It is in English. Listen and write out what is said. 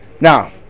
Now